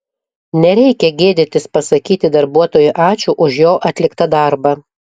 nereikia gėdytis pasakyti darbuotojui ačiū už jo atliktą darbą